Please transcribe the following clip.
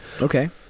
Okay